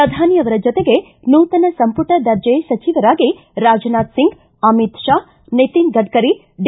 ಪ್ರಧಾನಿ ಅವರ ಜತೆಗೆ ನೂತನ ಸಂಪುಟ ದರ್ಜೆ ಸಚಿವರಾಗಿ ರಾಜನಾಥ್ ಸಿಂಗ್ ಅಮಿತ್ ಷಾ ನಿತಿನ ಗಡ್ಡರಿ ಡಿ